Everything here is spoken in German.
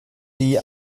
die